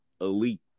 elite